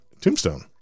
tombstone